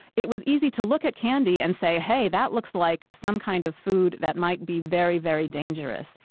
it was easy to look at candy and say, hey, that looks like some kind of food that might be very, very dangerous.